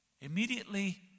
immediately